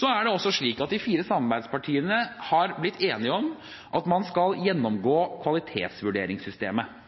Det er også slik at de fire samarbeidspartiene har blitt enige om at man skal gjennomgå kvalitetsvurderingssystemet.